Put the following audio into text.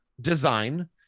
design